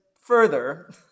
further